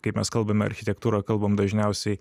kai mes kalbame architektūrą kalbam dažniausiai